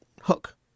hook